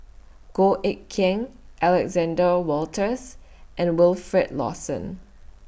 Goh Eck Kheng Alexander Wolters and Wilfed Lawson